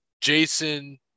jason